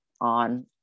on